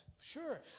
Sure